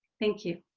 thank you.